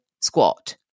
squat